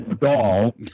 doll